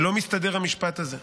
לא מסתדר המשפט הזה.